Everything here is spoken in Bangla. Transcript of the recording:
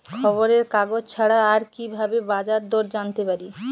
খবরের কাগজ ছাড়া আর কি ভাবে বাজার দর জানতে পারি?